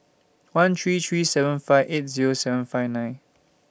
one three three seven five eight Zero seven five nine